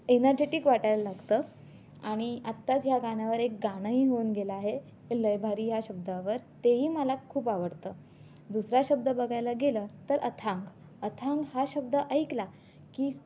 energetic वाटायला लागतं आणि आत्ताच ह्या गाण्यावर एक गाणंही होऊन गेलं आहे लई भारी या शब्दावर तेही मला खूप आवडतं दुसरा शब्द बघायला गेलं तर अथांग अथांग हा शब्द ऐकला की